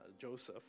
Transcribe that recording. Joseph